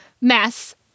mess